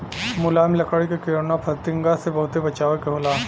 मुलायम लकड़ी क किरौना फतिंगा से बहुत बचावे के होला